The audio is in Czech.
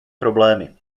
problémy